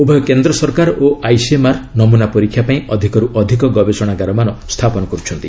ଉଭୟ କେନ୍ଦ୍ର ସରକାର ଓ ଆଇସିଏମ୍ଆର୍ ନମୁନା ପରୀକ୍ଷା ପାଇଁ ଅଧିକରୁ ଅଧିକ ଗବେଷଣାଗାରମାନ ସ୍ଥାପନ କର୍ରଛନ୍ତି